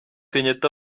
kenyatta